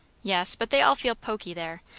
yes, but they all feel poky there.